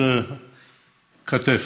של כת"ף: